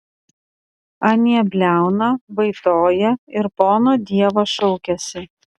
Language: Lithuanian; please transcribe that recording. anie bliauna vaitoja ir pono dievo šaukiasi